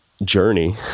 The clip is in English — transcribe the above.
Journey